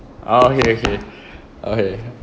oh okay okay okay